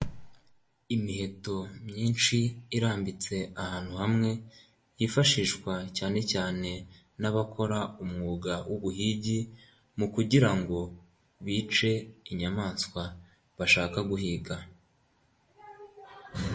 Imiheto myinshi irambitse ahantu hamwe, yifashishwa cyane cyane n'abakora umwuga w'ubuhigi, mu kugirango bice inyamanswa bashaka guhiga.